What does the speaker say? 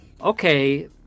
Okay